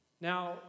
Now